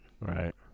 Right